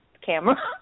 camera